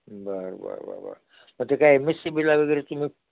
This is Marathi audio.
बरं बरं मग ते काय एम एस सी बिला वगैरे तुम्ही